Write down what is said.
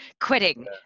quitting